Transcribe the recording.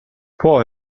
può